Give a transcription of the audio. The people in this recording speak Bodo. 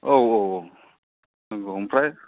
औ औ औ नंगौ ओमफ्राय